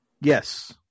Yes